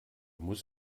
muss